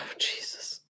Jesus